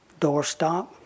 doorstop